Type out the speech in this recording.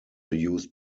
used